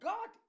God